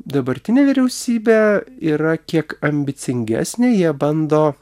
dabartinė vyriausybė yra kiek ambicingesni jie bando